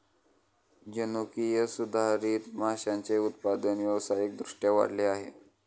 जनुकीय सुधारित माशांचे उत्पादन व्यावसायिक दृष्ट्या वाढले आहे